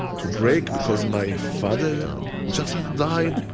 to break because my father just died?